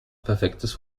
perfektes